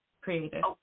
created